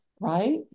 right